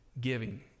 giving